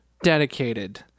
dedicated